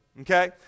Okay